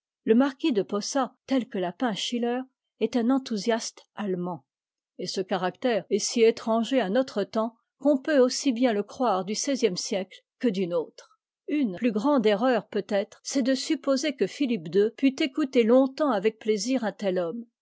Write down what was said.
le marquis de posa tel que l'a peint schiller est un enthousiaste allemand et ce caractère est si étranger à notre temps qu'on peut aussi bien le croire du seizième siècle que du nôtre une plus grande erexpression de frédéric schlegel sur la pénétration d'an grand historien reur peut-être c'est de supposer que philippe il pût écouter longtemps avec plaisir un tel homme